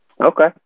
Okay